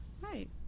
Right